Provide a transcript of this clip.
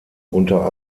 unter